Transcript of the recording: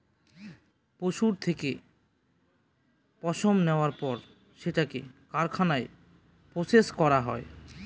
পশুর থেকে পশম নেওয়ার পর সেটাকে কারখানায় প্রসেস করা হয়